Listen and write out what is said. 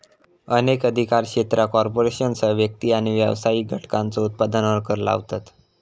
अनेक अधिकार क्षेत्रा कॉर्पोरेशनसह व्यक्ती आणि व्यावसायिक घटकांच्यो उत्पन्नावर कर लावतत